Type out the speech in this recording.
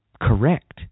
correct